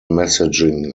messaging